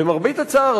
למרבה הצער,